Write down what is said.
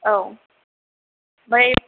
औ ओमफाय